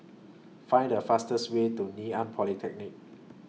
Find The fastest Way to Ngee Ann Polytechnic